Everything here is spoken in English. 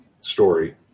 story